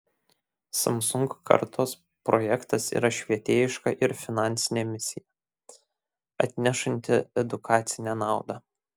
samsung kartos projektas yra švietėjiška ir finansinė misija atnešanti edukacinę naudą